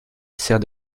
sert